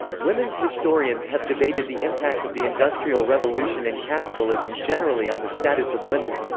women's historians have debated the impact of the industrial revolution and capitalism generally on the status of women.